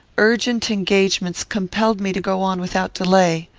urgent engagements compelled me to go on without delay.